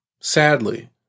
Sadly